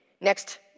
Next